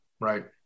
Right